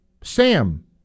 Sam